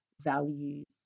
values